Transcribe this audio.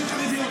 נשים חרדיות.